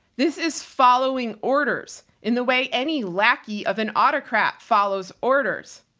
this is following orders in the way any lackey of an autocrat follows orders.